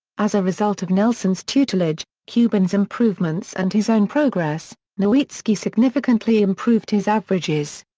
as a result of nelson's tutelage, cuban's improvements and his own progress, nowitzki significantly improved his averages.